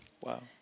Wow